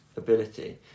ability